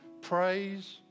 praise